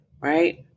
right